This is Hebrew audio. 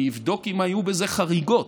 אני אבדוק אם היו בזה חריגות.